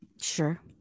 sure